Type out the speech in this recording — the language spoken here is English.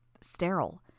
sterile